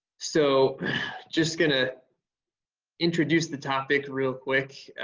so just gonna introduce the topic real quick.